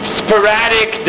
sporadic